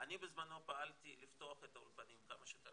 אני בזמנו פעלתי לפתוח את האולפנים כמה שיותר